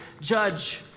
judge